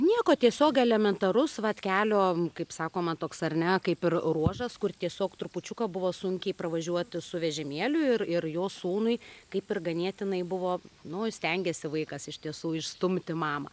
nieko tiesiog elementarus vat kelio kaip sakoma toks ar ne kaip ir ruožas kur tiesiog trupučiuką buvo sunkiau pravažiuoti su vežimėliu ir ir jo sūnui kaip ir ganėtinai buvo nu stengėsi vaikas iš tiesų išstumti mamą